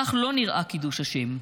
כך לא נראה קידוש השם,